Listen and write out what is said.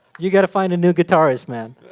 you got to find a new guitarist, man.